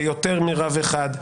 ביותר מרב אחד,